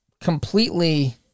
completely